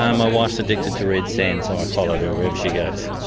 um ah wife's addicted to red sand so i follow her wherever she goes.